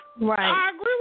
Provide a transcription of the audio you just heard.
Right